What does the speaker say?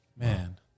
Man